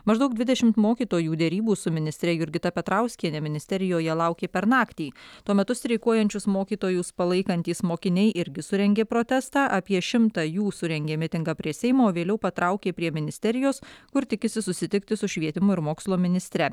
maždaug dvidešimt mokytojų derybų su ministre jurgita petrauskiene ministerijoje laukė per naktį tuo metu streikuojančius mokytojus palaikantys mokiniai irgi surengė protestą apie šimtą jų surengė mitingą prie seimo vėliau patraukė prie ministerijos kur tikisi susitikti su švietimo ir mokslo ministre